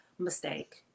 Mistake